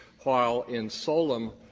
while in solem,